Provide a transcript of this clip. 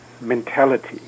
mentality